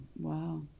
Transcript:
Wow